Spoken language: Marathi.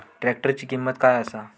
ट्रॅक्टराची किंमत काय आसा?